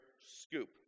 scoop